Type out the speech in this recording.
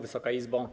Wysoka Izbo!